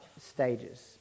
stages